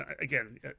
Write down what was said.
Again